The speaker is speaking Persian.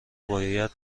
باید